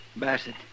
Bassett